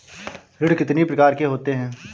ऋण कितनी प्रकार के होते हैं?